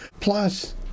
plus